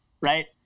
right